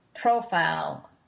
profile